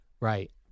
Right